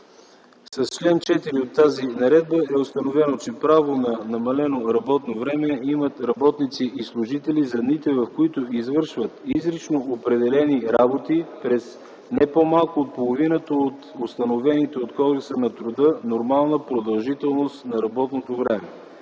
С чл. 4 от тази наредба е установено, че право на намалено работно време имат работници и служители за дните, в които извършват изрично определени работи през не по-малко от половината от установената от Кодекса на труда нормална продължителност на работното време.